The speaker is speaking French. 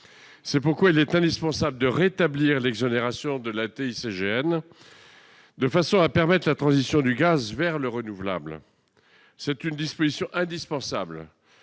C'est pourquoi il est indispensable de rétablir l'exonération de TICGN, de façon à permettre la transition du gaz vers les énergies renouvelables. C'est une disposition indispensable